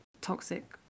toxic